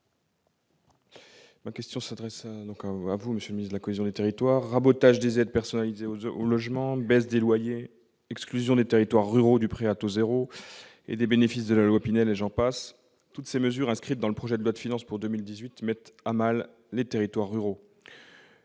la question n° 071, adressée à M. le ministre de la cohésion des territoires. Rabotage des aides personnalisées au logement, APL, baisse des loyers, exclusion des territoires ruraux du prêt à taux zéro et des bénéfices de la loi Pinel, et j'en passe ... Monsieur le ministre, toutes ces mesures inscrites dans le projet de loi de finances pour 2018 mettent à mal les territoires ruraux